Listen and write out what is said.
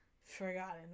forgotten